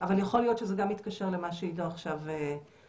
אבל יכול להיות שזה גם מתקשר למה שעידו עכשיו אמר.